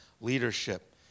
leadership